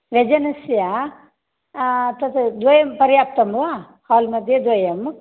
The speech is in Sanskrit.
व्यजनस्य द्वे पर्याप्तं वा हाल् मध्ये द्वयं